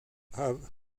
have